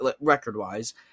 record-wise